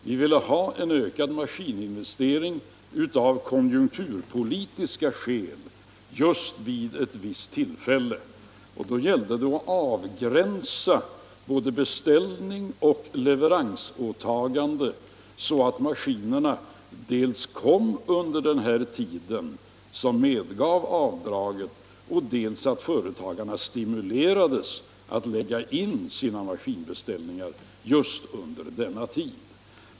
Vi ville ha till stånd en ökad maskininvestering av konjunkturpolitiska skäl just vid ett visst tillfälle, och då gällde det att avgränsa både beställning och leveransåtagande så att dels företagarna stimulerades att lägga in sina maskinbeställningar under den tid som avdraget medgav, dels maskinerna levererades under just denna tid.